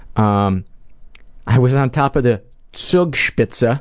um i was on top of the so zugspitze, ah